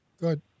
Good